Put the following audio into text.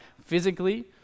physically